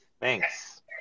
thanks